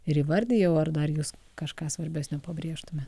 ir įvardijau ar dar jus kažką svarbesnio pabrėžtumėt